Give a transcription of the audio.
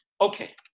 okay